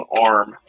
arm